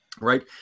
right